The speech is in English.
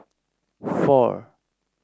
four